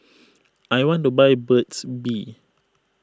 I want to buy Burt's Bee